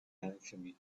alchemy